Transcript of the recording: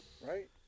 Right